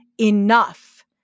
enough